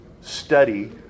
study